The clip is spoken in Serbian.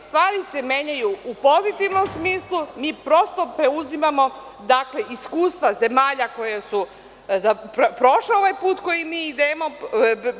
Stvari se menjaju u pozitivnom smislu, mi prosto preuzimamo iskustva zemalja koja su prošla ovaj put kojim mi idemo.